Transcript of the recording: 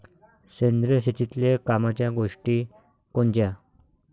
सेंद्रिय शेतीतले कामाच्या गोष्टी कोनच्या?